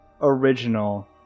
original